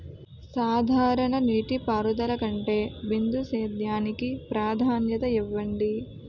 సాధారణ నీటిపారుదల కంటే బిందు సేద్యానికి ప్రాధాన్యత ఇవ్వండి